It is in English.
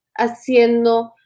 haciendo